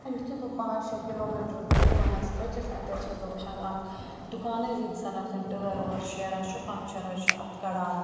یُتھُے بہٕ پانٛژھ شےٚ کِلوٗمیٖٹَر برٛونٛہہ کُن حظ پٔچِس اَتہِ حظ چھیٚس بہٕ وُچھان اَکھ دُکان حظ ییٚتہِ زَن حظ یِم ٹٲر وٲر شیران چھِ پَنٛکچَر حظ چھِ اَتھ کَڑان